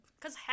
Cause